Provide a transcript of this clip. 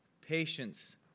patience